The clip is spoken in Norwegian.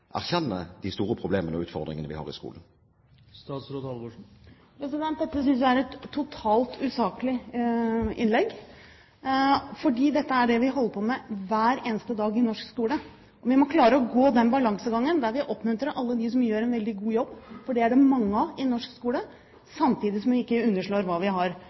de store problemene og utfordringene vi har i skolen? Dette synes jeg er et totalt usaklig innlegg, for det er dette vi holder på med hver eneste dag i norsk skole. Vi må klare å gå den balansegangen der vi oppmuntrer alle dem som gjør en veldig god jobb – for dem er det mange av i norsk skole – samtidig som vi ikke underslår hva vi har